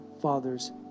Father's